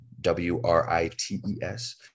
W-R-I-T-E-S